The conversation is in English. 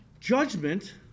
Judgment